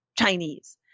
Chinese